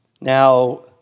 Now